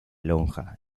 lonja